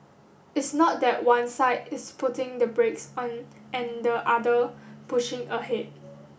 it's not that one side is putting the brakes on and the other pushing ahead